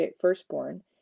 firstborn